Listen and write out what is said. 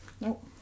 Nope